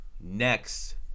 Next